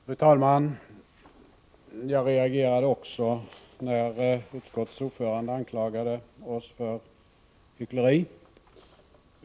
Fru talman! Också jag reagerade när utskottets ordförande anklagade oss för hyckleri.